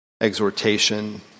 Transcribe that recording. exhortation